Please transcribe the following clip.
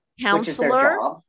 counselor